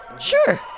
Sure